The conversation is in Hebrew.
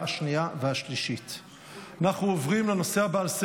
בעד, שבעה, נגד, אחד, אין נמנעים.